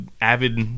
avid